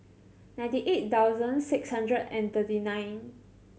ninety eight thousand six hundred and thirty nine